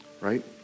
Right